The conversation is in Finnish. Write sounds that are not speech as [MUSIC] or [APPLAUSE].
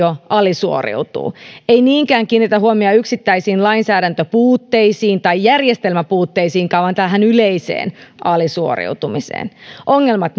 siis hyvinvointivaltio alisuoriutuu ei niinkään kiinnitetä huomiota yksittäisiin lainsäädäntöpuutteisiin tai järjestelmäpuutteisiinkaan vaan tähän yleiseen alisuoriutumiseen ongelmat [UNINTELLIGIBLE]